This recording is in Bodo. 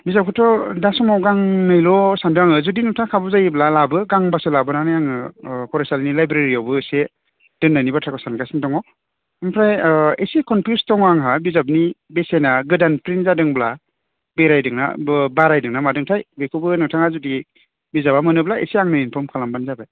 बिजाबखौथ' दा समाव गांनैल' सानदों आङो जुदि नोंथाङा खाबु जायोब्ला लाबो गांबासो लाबोनानै हो ओह फरायसालिनि लाइब्रेरियावबो इसे दोन्नायनि बाथ्राखौ सानगासिनो दङ ओमफ्राय ओह इसे कनफिउस दङ आंहा बिजाबनि बेसेना गोदान प्रिन्ट जादोंब्ला बेरायदोङा ओह बारायदोंना मादोंथाय बेखौबो नोंथाङा जुदि बिजाबा मोनोब्ला इसे आंनो इनफर्म खालामबानो जाबाय